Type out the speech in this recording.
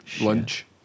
Lunch